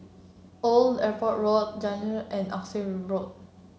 Old Airport Road and Oxley Road